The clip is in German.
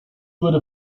würde